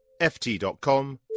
ft.com